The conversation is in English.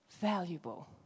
valuable